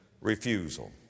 refusal